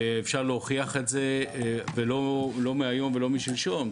אפשר להוכיח את זה לא מהיום ולא משלשום,